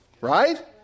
Right